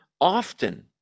Often